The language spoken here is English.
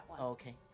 Okay